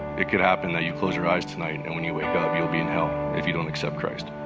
it could happen that you close your eyes tonight and when you wake up, you'll be in hell if you don't accept christ.